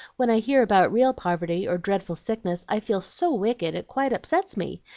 when i hear about real poverty, or dreadful sickness, i feel so wicked it quite upsets me.